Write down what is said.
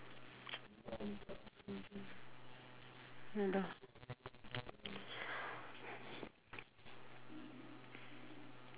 !hanna!